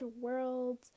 world